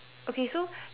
okay so